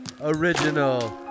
original